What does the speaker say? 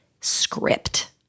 script